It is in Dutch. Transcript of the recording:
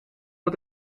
het